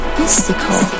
mystical